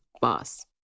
boss